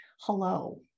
hello